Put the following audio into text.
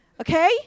Okay